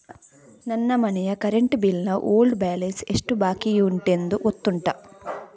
ನನ್ನ ಮನೆಯ current bill ನ ಓಲ್ಡ್ ಬ್ಯಾಲೆನ್ಸ್ ಎಷ್ಟು ಬಾಕಿಯುಂಟೆಂದು ಗೊತ್ತುಂಟ?